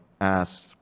asked